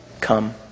come